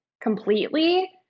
completely